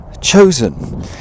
chosen